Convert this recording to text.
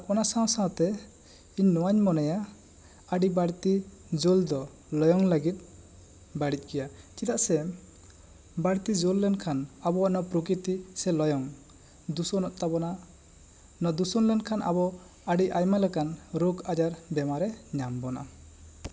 ᱚᱱᱟ ᱥᱟᱶ ᱥᱟᱶ ᱛᱮ ᱤᱧ ᱱᱚᱣᱟᱹᱧ ᱢᱚᱱᱮᱭᱟ ᱟᱹᱰᱤ ᱵᱟᱹᱲᱛᱤ ᱡᱳᱞ ᱫᱚ ᱞᱟᱭᱚᱝ ᱞᱟᱹᱜᱤᱫ ᱵᱟᱹᱲᱤᱡ ᱜᱮᱭᱟ ᱪᱮᱫᱟᱜ ᱥᱮ ᱵᱟᱹᱲᱛᱤ ᱡᱳᱞ ᱞᱮᱱᱠᱷᱟᱱ ᱟᱵᱚᱣᱟᱜ ᱱᱚᱣᱟ ᱯᱨᱚᱠᱨᱤᱛᱤ ᱥᱮ ᱞᱟᱭᱚᱝ ᱫᱚ ᱫᱩᱥᱩᱱᱚᱜ ᱛᱟᱵᱚᱱᱟ ᱱᱚᱣᱟ ᱫᱩᱥᱩᱱ ᱞᱮᱱᱠᱷᱟᱱ ᱟᱵᱚ ᱟᱹᱰᱤ ᱟᱭᱢᱟ ᱞᱮᱠᱟᱱ ᱨᱳᱜᱽ ᱟᱡᱟᱨ ᱵᱮᱢᱟᱨ ᱮ ᱧᱟᱢ ᱵᱚᱱᱟ